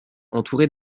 entouré